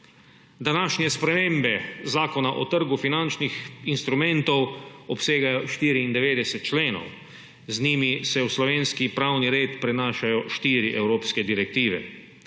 Današnje spremembe Zakona o trgu finančnih instrumentov obsegajo 94 členov, z njimi se v slovenski pravni red prenašajo štiri evropske direktive.